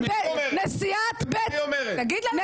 זה מה שהיא אומרת.